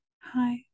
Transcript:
hi